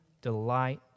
delight